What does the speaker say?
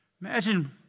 Imagine